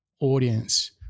audience